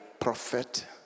prophet